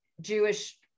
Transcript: Jewish